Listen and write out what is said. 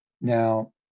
now